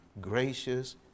Gracious